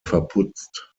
verputzt